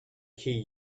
key